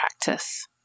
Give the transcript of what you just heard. practice